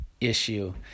issue